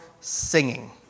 singing